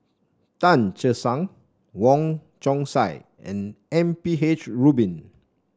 Tan Che Sang Wong Chong Sai and M P H Rubin